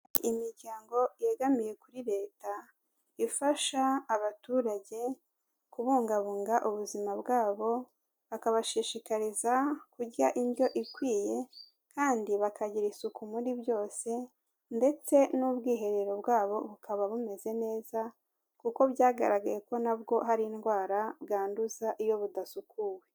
Imiryango yegamiye kuri Leta, ifasha abaturage kubungabunga ubuzima bwabo, bakabashishikariza kurya indyo ikwiye kandi bakagira isuku muri byose ndetse n'ubwiherero bwabo bukaba bumeze neza kuko byagaragaye ko nabwo hari indwara bwanduza iyo budasukuwe.